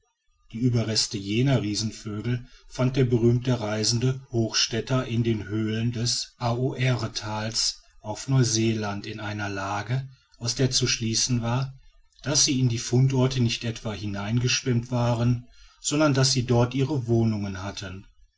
die überreste jener riesenvögel fand der berühmte reisende hochstätter in den höhlen des aorerethals auf neuseeland in einer lage aus der zu schließen war daß sie in die fundorte nicht etwa hingeschwemmt waren sondern daß sie dort ihre wohnungen hatten